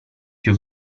più